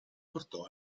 portò